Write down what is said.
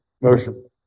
Motion